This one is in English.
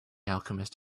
alchemist